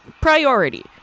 priority